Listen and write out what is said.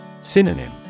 Synonym